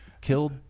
killed